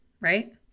right